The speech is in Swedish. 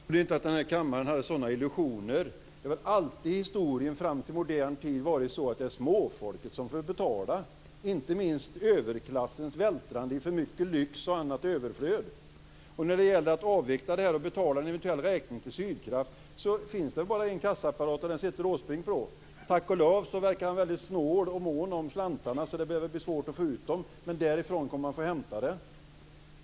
Fru talman! Jag trodde inte att denna kammare hade sådana illusioner. Det är väl alltid i historien fram till modern tid varit så att det är småfolket som får betala. Inte minst överklassens vältrande i för mycket lyx och annat överflöd. När det gäller att avveckla Barsebäck och betala en eventuell räkning till Sydkraft finns det bara en kassaapparat, och den sitter Åsbrink på. Tack och lov verkar han väldigt snål och mån om slantarna, så det lär bli svårt att få ut dem. Men därifrån kommer man att få hämta dem.